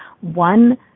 one